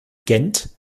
gent